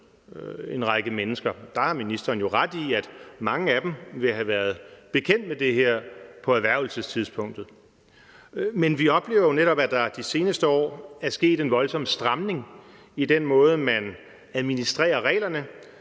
en række mennesker – der har ministeren jo ret i, at mange af dem vil have været bekendt med det her på erhvervelsestidspunktet – en anden ting er, at vi oplever, at der de seneste år er sket en voldsom stramning i den måde, hvorpå man administrerer reglerne,